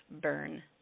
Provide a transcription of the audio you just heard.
burn